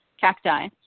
cacti